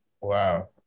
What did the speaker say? Wow